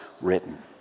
written